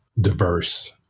diverse